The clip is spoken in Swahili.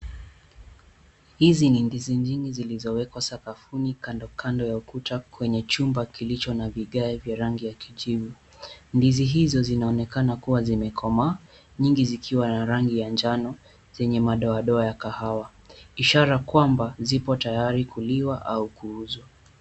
Hizi ni ndizi nyingi zilizowekwa sakafuni kando kando ya ukuta kwenye chumba kilicho na vigae vya rangi ya kijivu. Ndizi hizo zinaonekana kuwa zimekomaa nyingi zikiwa na rangi ya njano zenye madoadoa ya kahawa. Ishara kwamba zipo tayari kuliwa au kuuzwa.